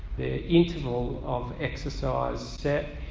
the interval of exercise set,